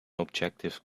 objective